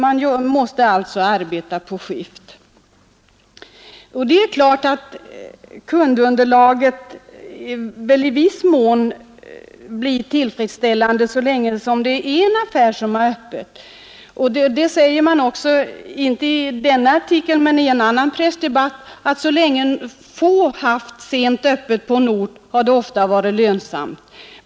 Man måste alltså arbeta i skift. Det är klart att kundunderlaget i viss mån blir tillfredsställande så länge det bara är en affär som har öppet. Det säger man också i en annan pressdebatt, att så länge få haft sent öppet på en ort, har det ofta varit lönsamt.